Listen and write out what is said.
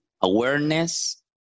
awareness